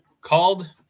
called